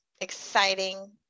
exciting